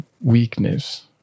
weakness